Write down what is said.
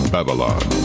Babylon